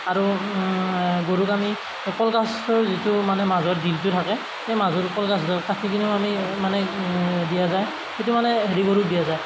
আৰু গৰুক আমি কলগছৰ যিটো মানে মাজৰ দিলটো থাকে সেই মাজৰ কলগাছডাল কাটি কেনেও মানে মানে দিয়া যায় কিন্তু মানে হেৰি গৰুক দিয়া যায়